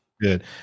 Good